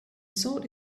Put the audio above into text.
sought